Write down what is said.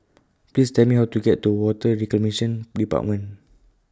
Please Tell Me How to get to Water Reclamation department